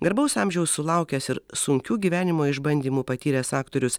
garbaus amžiaus sulaukęs ir sunkių gyvenimo išbandymų patyręs aktorius